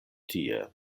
tie